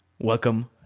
welcome